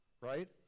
right